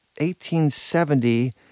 1870